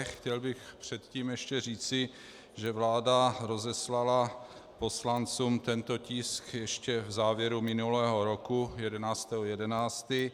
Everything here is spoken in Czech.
Chtěl bych předtím ještě říci, že vláda rozeslala poslancům tento tisk ještě v závěru minulého roku 11. 11.